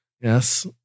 Yes